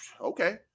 Okay